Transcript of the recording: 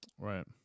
Right